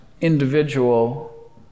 individual